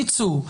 ייצאו,